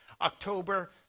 October